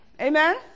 Amen